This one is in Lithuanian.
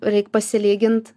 reik pasilygint